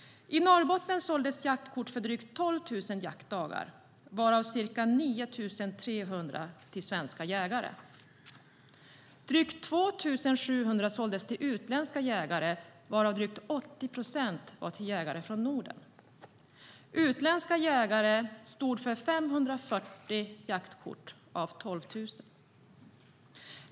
I Norrbotten såldes jaktkort för drygt 12 000 jaktdagar, varav ca 9 300 till svenska jägare. Drygt 2 700 såldes till utländska jägare, varav drygt 80 procent var till jägare från Norden. Utländska jägare stod för 540 jaktkort av 12 000.